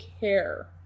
care